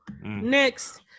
Next